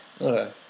Okay